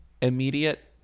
Immediate